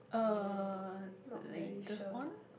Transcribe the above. uh later on